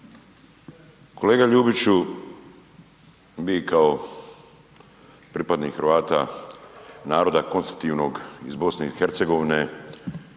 Kolega Ljubiću, vi kao pripadnik Hrvata, naroda konstitutivnog iz BiH-a, možete